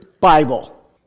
Bible